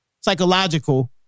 psychological